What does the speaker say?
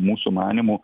mūsų manymu